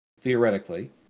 theoretically